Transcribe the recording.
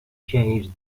changed